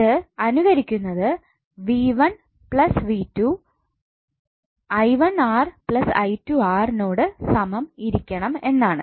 ഇത് അനുകരിക്കുന്നത് V1 𝑉2 𝑖1𝑅 𝑖2𝑅 നോട് സമം ഇരിക്കണം എന്നാണ്